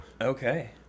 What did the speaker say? Okay